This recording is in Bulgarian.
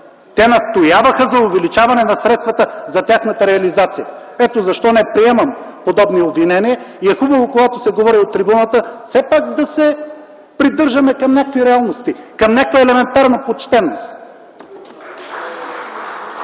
Те настояваха за увеличаване на средствата за тяхната реализация. Ето защо не приемам подобни обвинения и е хубаво, когато се говори от трибуната, все пак да се придържаме към някакви реалности, към някаква елементарна почтеност.